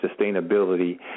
sustainability